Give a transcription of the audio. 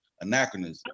anachronism